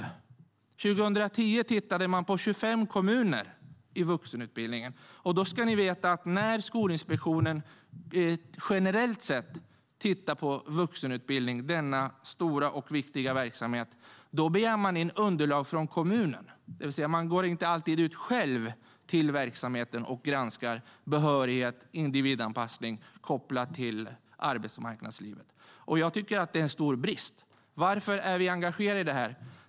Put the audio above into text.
År 2010 tittade man på 25 kommuner i vuxenutbildningen, och då ska ni veta att när Skolinspektionen tittar på vuxenutbildningen, denna stora och viktiga verksamhet, begär man generellt sett in underlag från kommunerna, det vill säga man går inte alltid ut själv till verksamheten och granskar behörighet och individanpassning kopplat till arbetsmarknaden. Jag tycker att det är en stor brist. Varför är vi engagerade i det här?